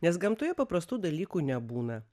nes gamtoje paprastų dalykų nebūna